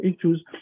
issues